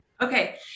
Okay